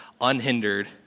unhindered